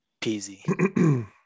peasy